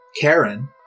Karen